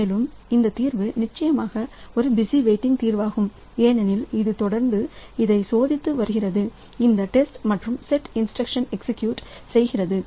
மேலும் இந்த தீர்வு நிச்சயமாக ஒரு பிஸி வெயிட்டிங் தீர்வாகும் ஏனெனில் இது தொடர்ந்து இதைச் சோதித்து வருகிறது இந்த டெஸ்ட் மற்றும்செட்இன்ஸ்டிரக்ஷன்எக்ஸிகியூட் செய்கிறது